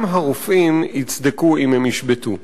גם הרופאים יצדקו אם הם ישבתו.